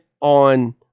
on